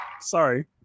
sorry